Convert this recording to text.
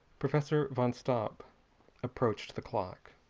professor van stopp approached the clock.